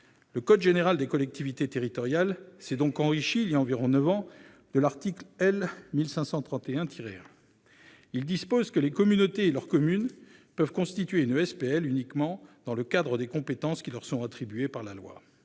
Le code général des collectivités territoriales s'est donc enrichi voilà environ neuf ans de l'article L. 1531-1, qui dispose que les communautés et leurs communes peuvent constituer une SPL uniquement « dans le cadre des compétences qui leur sont attribuées par la loi